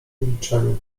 milczeniu